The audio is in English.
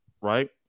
right